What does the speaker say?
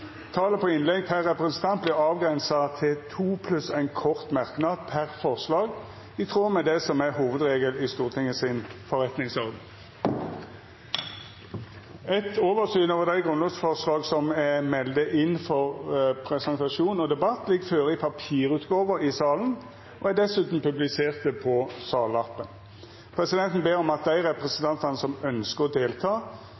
Talet på innlegg per representant vert avgrensa til to pluss ein kort merknad per forslag, i tråd med det som er hovudregelen i Stortingets forretningsorden. Eit oversyn over dei grunnlovsforslaga som er melde inn for presentasjon og debatt, ligg føre i papirutgåve i salen og er dessutan publiserte på salappen. Presidenten ber om at dei